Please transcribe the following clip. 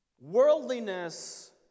Worldliness